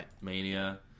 Mania